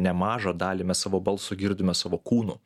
nemažą dalį mes savo balso girdime savo kūnu